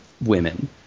women